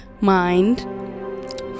mind